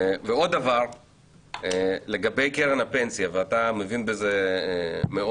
עוד דבר לגבי קרן הפנסיה, ואתה מבין בזה מאוד: